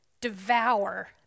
devour